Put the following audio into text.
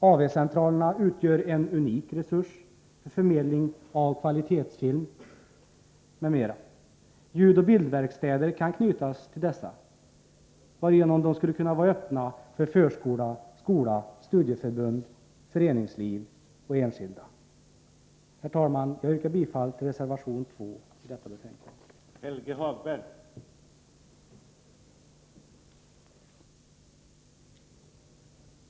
AV-centralerna utgör en unik resurs för förmedling av kvalitetsfilm m.m. Ljudoch bildverkstäder kan knytas till dessa, varigenom de skulle kunna vara öppna för förskola, skola, studieförbund, föreningsliv och enskilda. Herr talman! Jag yrkar bifall till reservation 2 i detta betänkande.